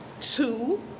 Two